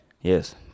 Yes